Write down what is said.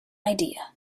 idea